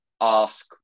ask